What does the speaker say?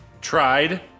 tried